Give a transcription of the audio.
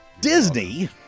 Disney